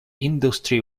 industry